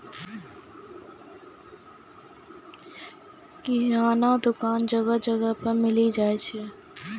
किराना दुकान जगह जगह पर मिली जाय छै